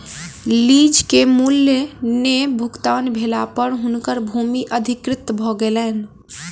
lease के मूल्य नै भुगतान भेला पर हुनकर भूमि अधिकृत भ गेलैन